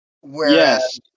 whereas